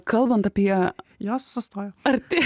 kalbant apie jos sustojo arti